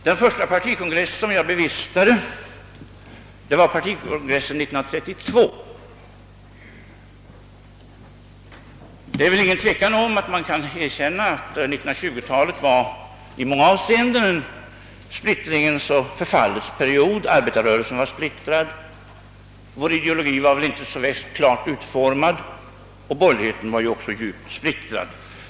Den första partikongress jag bevistade var partikongressen 1932. Vi måste väl erkänna att 1920-talet i många avseenden var en splittringens och förfallets period. Arbetarrörelsen var splittrad, och vår ideologi var väl inte särskilt klart utformad. Borgerligheten var också djupt splittrad.